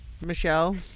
Michelle